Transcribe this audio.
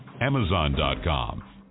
Amazon.com